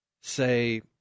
say